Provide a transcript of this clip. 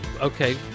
Okay